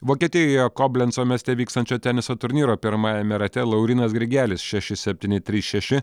vokietijoje koblenco mieste vykstančio teniso turnyro pirmajame rate laurynas grigelis šeši septyni trys šeši